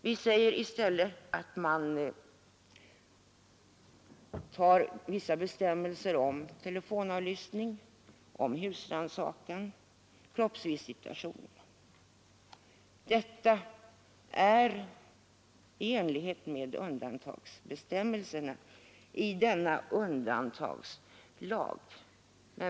Vi säger i stället att vi begränsar deras rörelsefrihet genom vissa regler om telefonavlyssning, husrannsakan och kroppsvisitation i enlighet med bestämmelserna i denna undantagslag.